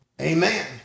Amen